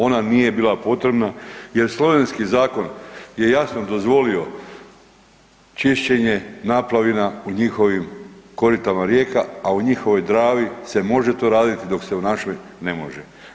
Ona nije bila potrebna jer slovenski zakon je jasno dozvolio čišćenje naplavina u njihovim koritima rijeka, a u njihovoj Dravi se to može raditi dok se u našoj ne može.